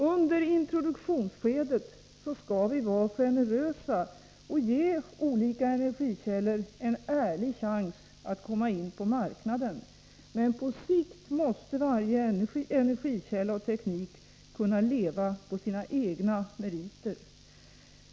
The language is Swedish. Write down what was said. Under introduktionsskedet skall vi vara generösa och ge olika energikällor en ärlig chans att komma in på marknaden, men på sikt måste varje energikälla och teknik kunna leva på sina egna meriter.